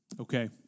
okay